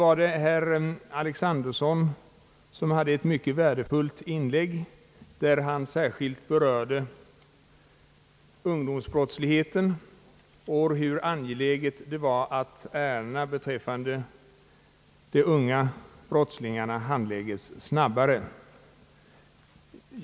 Herr Alexanderson hade ett mycket värdefullt inlägg. Han berörde särskilt ungdomsbrottsligheten och framhöll hur angeläget det är att ärendena beträffande de unga brottslingarna handläggs snabbare.